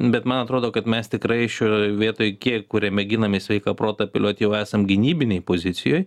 bet man atrodo kad mes tikrai šioj vietoj tie kurie mėginam į sveiką protą apeliuot jau esam gynybinėj pozicijoj